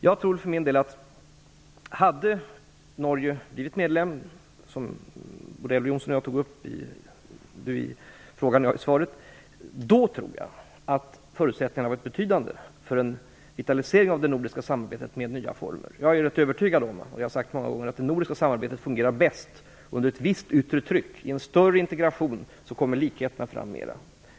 Jag för min del tror att förutsättningarna, om Norge hade blivit medlem - detta har tagits upp både i Elver Jonssons fråga och i svaret här - skulle ha varit betydande för en vitalisering av det nordiska samarbetet med nya former. Jag är rätt övertygad, och det har jag sagt många gånger, om att det nordiska samarbetet fungerar bäst under ett visst yttre tryck - i en större integration kommer likheterna mera fram.